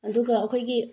ꯑꯗꯨꯒ ꯑꯩꯈꯣꯏꯒꯤ